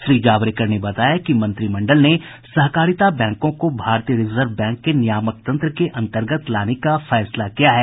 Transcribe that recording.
श्री जावड़ेकर ने बताया कि मंत्रिमंडल ने सहकारिता बैंकों को भारतीय रिजर्व बैंक के नियामक तंत्र के अंतर्गत लाने का फैसला किया है